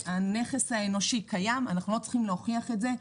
הנכס האנושי קיים, אנחנו לא צריכים להוכיח את זה.